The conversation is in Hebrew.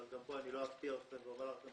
אבל אני לא אפתיע אתכם אם אני אומר שהרשות